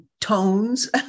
tones